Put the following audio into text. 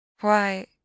Why